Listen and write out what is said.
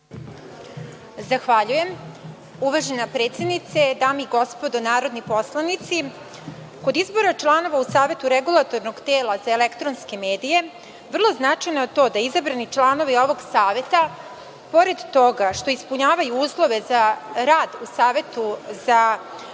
Zahvaljujem. Uvažena predsednice, dame i gospodo narodni poslanici, kod izbora članova u Savetu regulatornog tela za elektronske medije vrlo je značajno to da izabrani članovi ovog Saveta pored toga što ispunjavaju uslove za rad u Savetu regulatornog